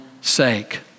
sake